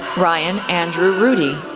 ryan andrew rudy,